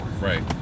Right